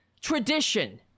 tradition